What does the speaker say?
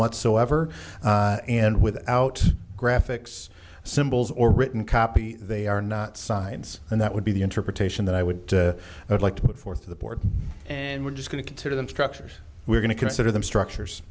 whatsoever and without graphics symbols or written copy they are not signs and that would be the interpretation that i would like to put forth to the board and we're just going to consider them structures we're going to consider them structures